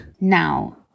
now